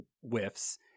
whiffs